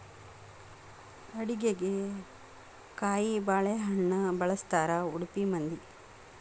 ಅಡಿಗಿಗೆ ಕಾಯಿಬಾಳೇಹಣ್ಣ ಬಳ್ಸತಾರಾ ಉಡುಪಿ ಮಂದಿ